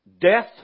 death